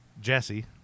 Jesse